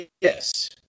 Yes